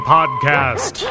Podcast